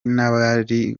n’abari